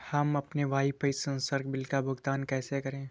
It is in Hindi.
हम अपने वाईफाई संसर्ग बिल का भुगतान कैसे करें?